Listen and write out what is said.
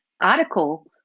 article